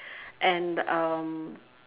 and um